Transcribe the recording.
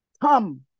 come